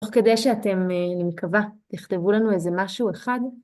‫תוך כדי שאתם, אני מקווה, ‫תכתבו לנו איזה משהו אחד.